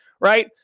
right